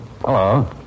Hello